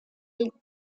est